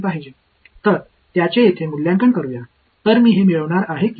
மேலும் சில கூடுதல் தகவல்கள் தேவை அவை எடைகள்